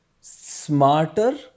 smarter